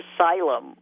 asylum